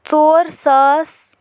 ژور ساس